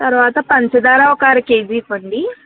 తర్వాత పంచదార ఒక అరకేజీ ఇవ్వండి